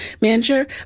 manager